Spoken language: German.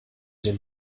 den